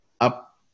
up